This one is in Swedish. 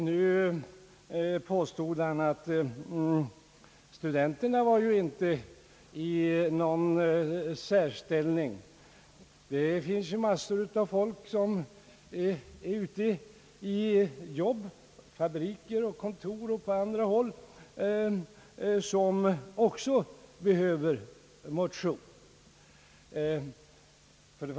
Han påstod att studenterna inte är i någon särställning — det finns ju, sade han massor av folk ute på fabriker, kontor och på andra håll, som också behöver motion.